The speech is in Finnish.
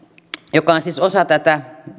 joka on siis osa tätä